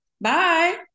bye